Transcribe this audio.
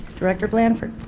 director blanford